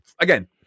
again